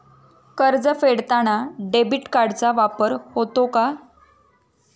कर्ज फेडताना डेबिट कार्डचा वापर होतो का?